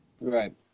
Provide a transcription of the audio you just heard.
Right